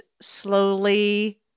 slowly